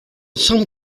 some